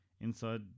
Inside